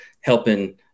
helping